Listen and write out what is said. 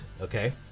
okay